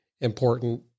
important